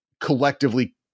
collectively